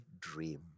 dream